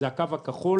זה הקו הכחול